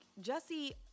Jesse